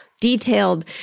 detailed